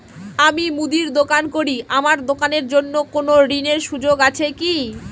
আমি মুদির দোকান করি আমার দোকানের জন্য কোন ঋণের সুযোগ আছে কি?